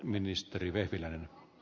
arvoisa puhemies